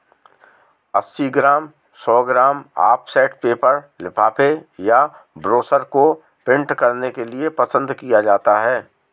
अस्सी ग्राम, सौ gram offset paper लिफाफे या ब्रोशर को प्रिंट करने के लिए पसंद किया जाता है